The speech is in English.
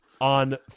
on